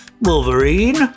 Wolverine